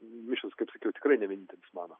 mišios kaip sakiau tikrai ne vienintelis mano